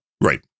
Right